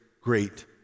great